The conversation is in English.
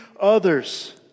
others